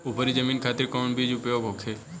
उपरी जमीन खातिर कौन बीज उपयोग होखे?